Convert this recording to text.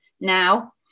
now